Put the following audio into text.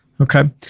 Okay